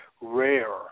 rare